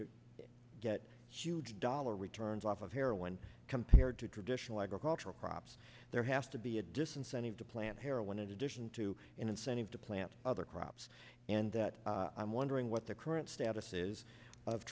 to get huge dollar returns off of heroin compared to traditional agricultural crops there has to be a disincentive to plant heroin in addition to incentive to plant other crops and that i'm wondering what the current status is of